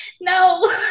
No